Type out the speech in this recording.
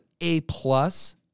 A-plus